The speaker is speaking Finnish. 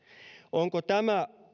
onko tämä